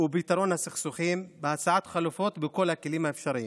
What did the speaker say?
ולפתרון הסכסוכים בהצעת חלופות בכל הכלים האפשריים.